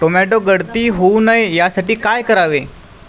Tomato गळती होऊ नये यासाठी काय करावे?